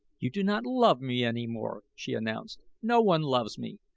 you do not love me any more, she announced. no one loves me,